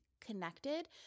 connected